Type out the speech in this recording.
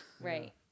Right